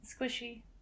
squishy